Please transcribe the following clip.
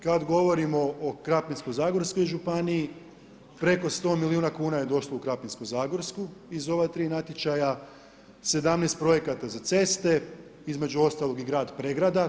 Kada govorimo o Krapinsko zagorskoj županiji, preko 100 milijuna kuna je došlo u Krapinsko zagorsku iz ova 3 natječaja, 17 projekata za ceste, između ostaloga i grad Pregrada.